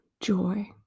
joy